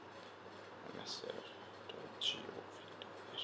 M S F dot G O V dot